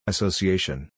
Association